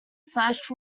slash